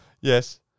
Yes